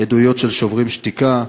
עדויות של "שוברים שתיקה"